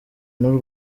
n’u